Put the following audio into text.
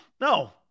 No